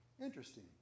Interesting